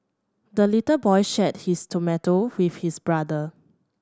the little boy shared his tomato with his brother